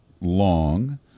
long